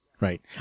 right